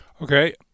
Okay